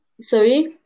Sorry